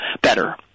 better